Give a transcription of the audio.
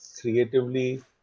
creatively